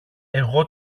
εγώ